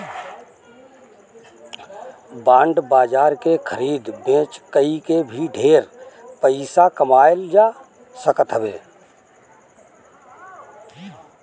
bond बाजार के खरीद बेच कई के भी ढेर पईसा कमाईल जा सकत हवे